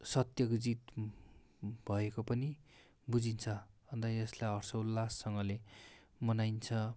सत्यको जित भएको पनि बुझिन्छ अन्त यसलाई हर्षोल्लाससँगले मनाइन्छ